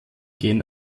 gehen